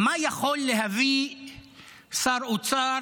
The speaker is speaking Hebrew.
מה יכול להביא שר אוצר